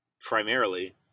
primarily